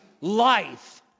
life